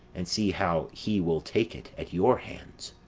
and see how he will take it at your hands.